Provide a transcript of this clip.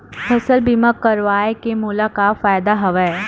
फसल बीमा करवाय के मोला का फ़ायदा हवय?